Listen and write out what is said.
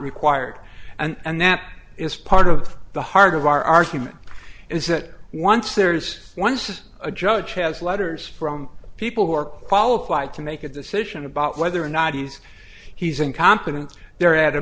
required and that is part of the heart of our argument is that once there's once a judge has letters from people who are qualified to make a decision about whether or not he's he's incompetent there at a